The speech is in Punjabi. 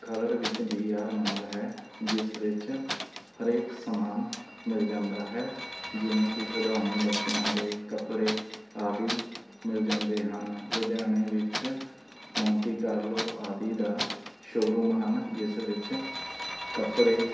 ਖਰੜ ਵਿੱਚ ਵੀ ਆਰ ਮੌਲ ਹੈ ਜਿਸ ਵਿੱਚ ਹਰੇਕ ਸਮਾਨ ਮਿਲ ਜਾਂਦਾ ਹੈ ਜਿਵੇਂ ਕਿ ਖਿਡੋਣੇ ਬੱਚਿਆਂ ਦੇ ਕੱਪੜੇ ਆਦਿ ਮਿਲ ਜਾਂਦੇ ਹਨ ਲੁਧਿਆਣੇ ਵਿੱਚ ਮੋਂਟੀ ਕਾਰਲੋ ਆਦਿ ਦਾ ਸ਼ੋ ਰੂਮ ਹਨ ਜਿਸ ਵਿੱਚ ਕੱਪੜੇ